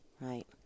Right